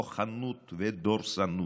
כוחנות ודורסנות.